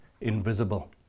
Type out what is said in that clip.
invisible